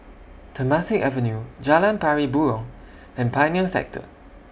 Temasek Avenue Jalan Pari Burong and Pioneer Sector